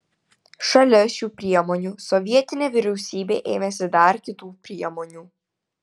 šalia šių priemonių sovietinė vyriausybė ėmėsi dar kitų priemonių